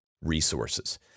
resources